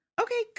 Okay